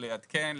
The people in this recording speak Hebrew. לעדכן,